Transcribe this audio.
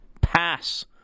pass